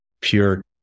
pure